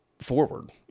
forward